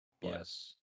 Yes